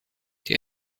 die